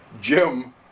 Jim